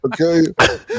Okay